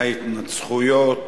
ההתנצחויות